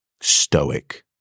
stoic